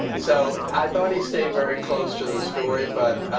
so i thought he stayed very close to the story. but